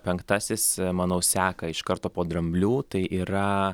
penktasis manau seka iš karto po dramblių tai yra